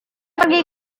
pergi